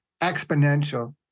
exponential